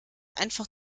einfach